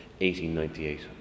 1898